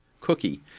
cookie